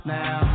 now